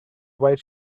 white